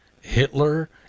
hitler